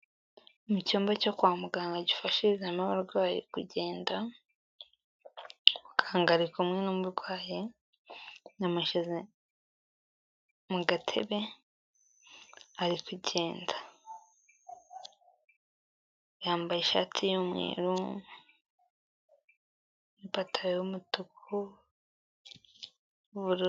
mu cyumba cyo kwa muganga gifashirizwamo abarwayi kugenda muganga ari kumwe n'umurwayi yamushyize mu gatebe ari kugenda. Yambaye ishati y'umweru ,ipataro y'umutuku n'ubururu.